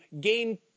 gain